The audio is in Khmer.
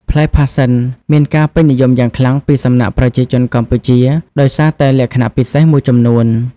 ផ្លែផាសសិនមានការពេញនិយមយ៉ាងខ្លាំងពីសំណាក់ប្រជាជនកម្ពុជាដោយសារតែលក្ខណៈពិសេសមួយចំនួន។